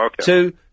two